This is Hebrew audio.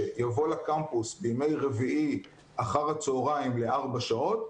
יבוא לקמפוס בימי רביעי אחר הצהריים לארבע שעות,